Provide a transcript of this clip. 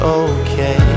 okay